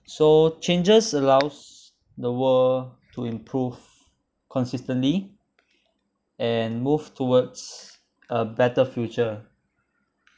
so changes allows the world to improve consistently and move towards a better future